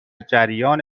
جریان